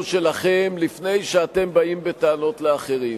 שלכם לפני שאתם באים בטענות לאחרים.